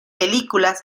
películas